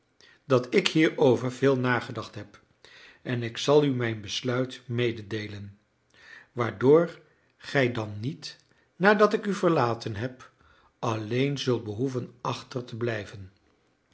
dat ik hierover veel nagedacht heb en ik zal u mijn besluit mededeelen waardoor gij dan niet nadat ik u verlaten heb alleen zult behoeven achter te blijven